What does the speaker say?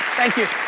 thank you.